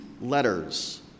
letters